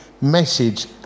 message